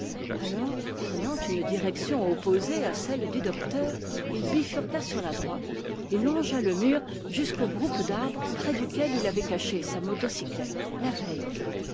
alors prenant une direction opposée à celle du docteur il bifurqua sur la droite et longea le mur jusqu'au groupe d'arbres près duquel il avait caché sa motocyclette la veille